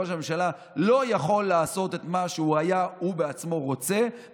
ראש הממשלה לא יכול לעשות מה שהוא היה רוצה לעשות בעצמו,